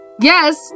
Yes